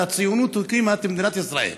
כשהציונות הקימה את מדינת ישראל,